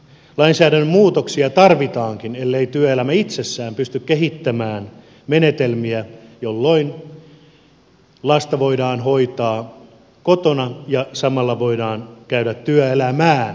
lainsäädännön muutoksia tarvitaankin ellei työelämä itsessään pysty kehittämään menetelmiä että lasta voidaan hoitaa kotona ja samalla voidaan käydä työelämään